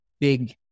big